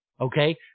okay